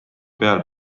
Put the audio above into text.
peal